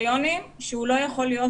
אני מנהל את